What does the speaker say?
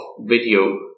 video